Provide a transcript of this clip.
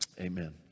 Amen